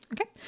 Okay